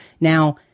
now